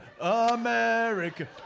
America